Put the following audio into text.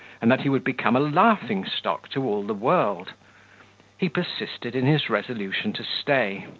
and that he would become a laughing-stock to all the world he persisted in his resolution to stay,